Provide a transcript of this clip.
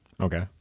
Okay